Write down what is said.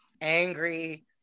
angry